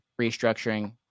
restructuring